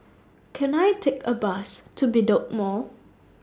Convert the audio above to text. Can I Take A Bus to Bedok Mall